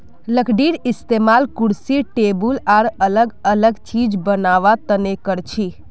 लकडीर इस्तेमाल कुर्सी टेबुल आर अलग अलग चिज बनावा तने करछी